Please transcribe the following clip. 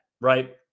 right